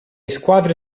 squadre